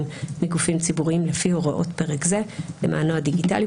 מגופים ציבוריים לפי הוראות פרק זה למענו הדיגיטלי,